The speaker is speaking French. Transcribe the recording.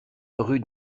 rue